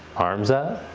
arms up.